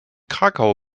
krakau